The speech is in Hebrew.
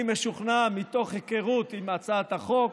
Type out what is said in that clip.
אני משוכנע, מתוך היכרות עם הצעת החוק,